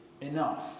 enough